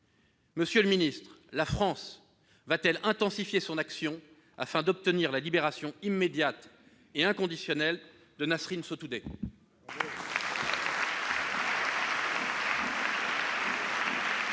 cause perdue ? La France va-t-elle intensifier son action afin d'obtenir la libération immédiate et inconditionnelle de Nasrin Sotoudeh ?